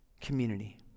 community